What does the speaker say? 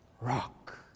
rock